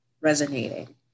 resonating